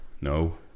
no